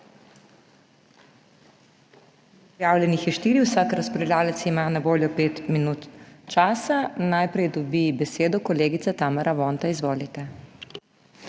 Prijavljenih so štirje, vsak razpravljavec ima na voljo pet minut časa. Najprej dobi besedo kolegica Tamara Vonta. Izvolite.